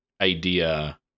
idea